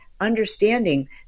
understanding